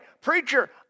preacher